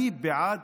אני בעד